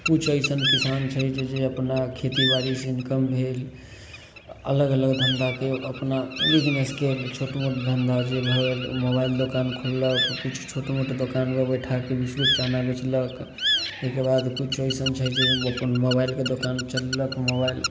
कुछ अइसन किसान छै जे जे अपना खेतीबाड़ी से इनकम भेल अलग अलग धंधाके अपना बिजनेसके छोट मोट धंधा जे भेल मोबाइल दोकान खोललक किछु छोट मोट दोकान बैठाके बिस्कुट चना बेचलक ओहिके बाद किछु अइसन छै जे अपन मोबाइल के दोकान चलेलक मोबाइल